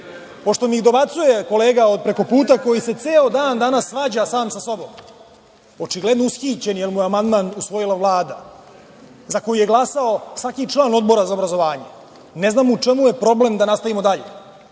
mi dobacuje kolega od prekoputa, koji se ceo dan danas svađa sam sa sobom, očigledno ushićen jer mu je amandman usvojila Vlada, za koji je glasao svaki član Odbora za obrazovanje, ne znam u čemu je problem da nastavimo dalje?